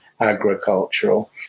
agricultural